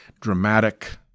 dramatic